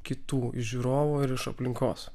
kitų žiūrovų ir iš aplinkos